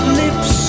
lips